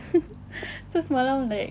so semalam like